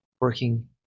working